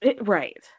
Right